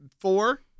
four